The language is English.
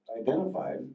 identified